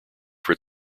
from